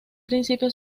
principio